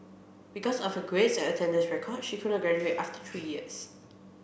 because of her grades and attendance record she could not graduate after three years